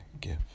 gift